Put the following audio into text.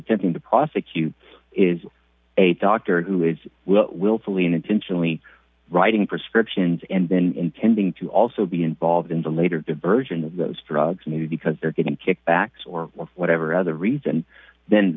attempting to prosecute is a doctor who is willfully and intentionally writing prescriptions and then intending to also be involved in the later diversion of those drugs maybe because they're getting kickbacks or whatever other reason then